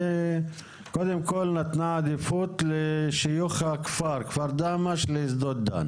היא קודם כל נתנה עדיפות לשיוך כפר דהמש לשדות דן.